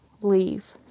leave